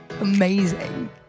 Amazing